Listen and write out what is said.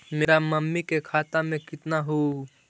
मेरा मामी के खाता में कितना हूउ?